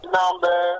number